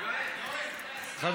יואל, יואל.